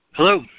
Hello